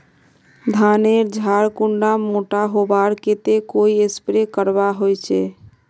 धानेर झार कुंडा मोटा होबार केते कोई स्प्रे करवा होचए?